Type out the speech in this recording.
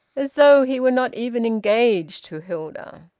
as though he were not even engaged to hilda.